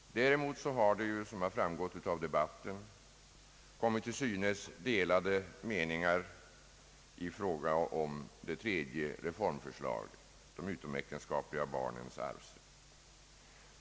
Däremot har — såsom har framgått av debatten — delade meningar kommit till synes i fråga om det tredje reformförslaget, nämligen de utomäktenskapliga barnens arvsrätt.